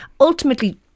Ultimately